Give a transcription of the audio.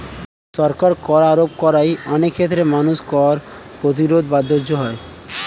সরকার কর আরোপ করায় অনেক ক্ষেত্রে মানুষ কর প্রতিরোধে বাধ্য হয়